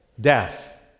Death